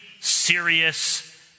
serious